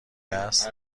است